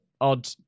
odd